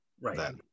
Right